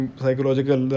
psychological